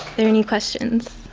there any questions?